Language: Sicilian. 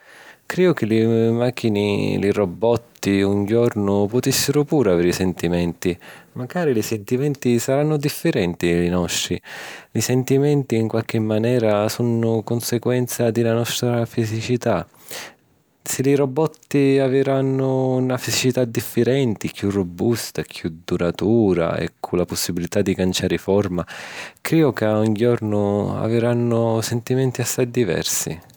Crìu ca li màchini, li robotti, un jornu putìssiru puru aviri sentimenti. Macari li sentimenti sarannu diffirenti di li nostri. Li sentimenti, ‘n qualchi manera, sunnu cunseguenza di la nostra fisicità. Si li robotti avirannu na fisicità diffirenti, chiù robusta, chiù duratura e cu la pussibilità di canciari forma, crìu ca un jornu avirannu sentimenti assai diversi.